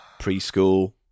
Preschool